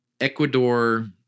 Ecuador